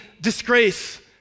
disgrace